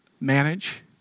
manage